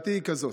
שאלתי היא כזאת,